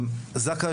זק״א,